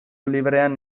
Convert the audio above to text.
librean